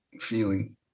feeling